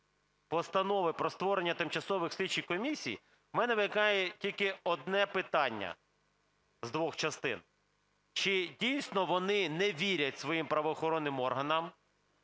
постанови про створення тимчасових слідчих комісій, в мене виникає тільки одне питання з двох частин. Чи дійсно вони не вірять своїм правоохоронним органам?